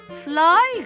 fly